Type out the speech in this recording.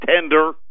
tender